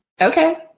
okay